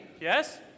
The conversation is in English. yes